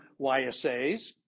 YSAs